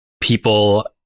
people